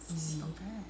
not bad